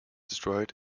destroyed